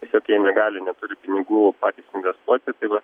tiesiog jie negali neturi pinigų investuoti tai va